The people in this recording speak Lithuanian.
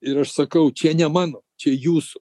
ir aš sakau čia ne mano čia jūsų